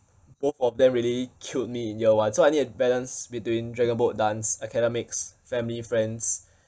both of them really killed me in year one so I need to balance between dragonboat dance academics family friends